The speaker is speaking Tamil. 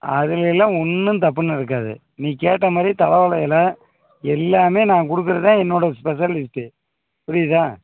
அதுலேல்லாம் ஒன்றும் தப்பு நடக்காது நீ கேட்ட மாதிரி தலை வாழை இல எல்லாமே நான் கொடுக்கறது தான் என்னோடய ஸ்பெசாலிட்டி புரியுதா